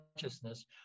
consciousness